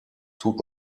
tut